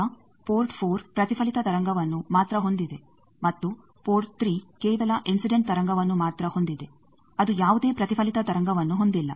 ಈಗ ಪೋರ್ಟ್ 4 ಪ್ರತಿಫಲಿತ ತರಂಗವನ್ನು ಮಾತ್ರ ಹೊಂದಿದೆ ಮತ್ತು ಪೋರ್ಟ್ 3 ಕೇವಲ ಇನ್ಸಿಡೆಂಟ್ ತರಂಗವನ್ನು ಮಾತ್ರ ಹೊಂದಿದೆ ಅದು ಯಾವುದೇ ಪ್ರತಿಫಲಿತ ತರಂಗವನ್ನು ಹೊಂದಿಲ್ಲ